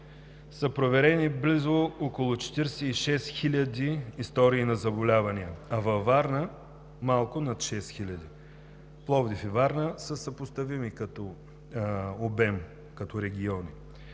са проверени близо около 46 хиляди истории на заболявания, а във Варна – малко над шест хиляди, а Пловдив и Варна са съпоставими като обем, като региони.